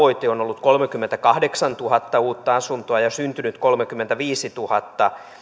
tavoite on ollut kolmekymmentäkahdeksantuhatta uutta asuntoa ja syntynyt on kolmekymmentäviisituhatta